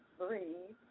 breathe